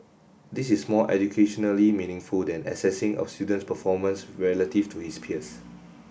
this is more educationally meaningful than assessing a student's performance relative to his peers